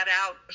out